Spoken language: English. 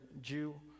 Jew